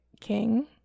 king